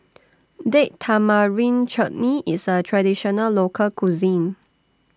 Date Tamarind Chutney IS A Traditional Local Cuisine